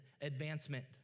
advancement